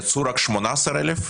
יצאו רק 18,000 משהו?